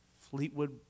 Fleetwood